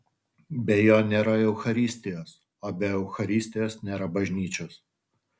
be jo nėra eucharistijos o be eucharistijos nėra bažnyčios